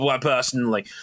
personally